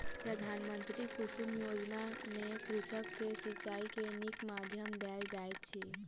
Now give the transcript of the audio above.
प्रधानमंत्री कुसुम योजना में कृषक के सिचाई के नीक माध्यम देल जाइत अछि